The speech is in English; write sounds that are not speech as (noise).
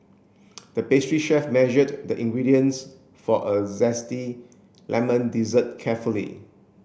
(noise) the pastry chef measured the ingredients for a zesty lemon dessert carefully